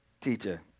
Teacher